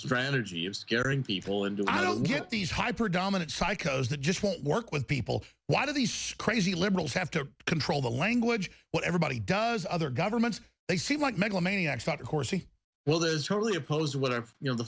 strategy of scaring people into i don't get these high predominate psychos that just won't work with people why do these she crazy liberals have to control the language what everybody does other governments they seem like megalomania thought horsy well this is totally opposed to what are you know the